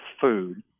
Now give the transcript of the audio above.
food